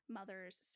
mother's